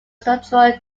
structural